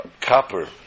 copper